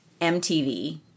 MTV